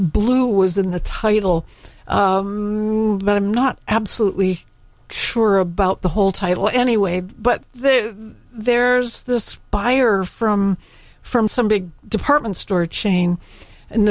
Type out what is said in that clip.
blue was in the title but i'm not absolutely sure about the whole title anyway but there's the spier from from some big department store chain and